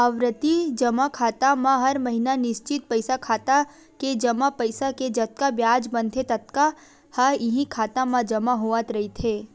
आवरती जमा खाता म हर महिना निस्चित पइसा खाता के जमा पइसा के जतका बियाज बनथे ततका ह इहीं खाता म जमा होवत रहिथे